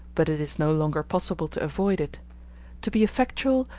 but it is no longer possible to avoid it to be effectual,